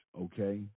okay